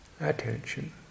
Attention